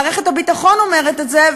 מערכת הביטחון אומרת את זה,